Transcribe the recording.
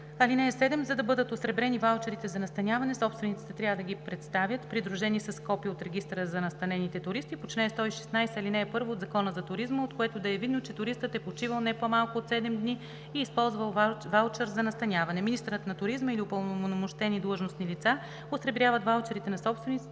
(7) За да бъдат осребрени ваучерите за настаняване, собствениците трябва да ги представят придружени с копие от регистъра за настанените туристи по чл. 116, ал. 1 от Закона за туризма, от което да е видно, че туристът е почивал не по-малко от 7 дни и е използвал ваучер за настаняване. Министърът на туризма или упълномощени длъжностни лица осребряват ваучерите на собствениците